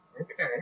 Okay